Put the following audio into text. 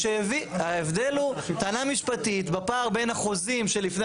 ההבדל הוא טענה משפטית בפער בין החוזים של לפני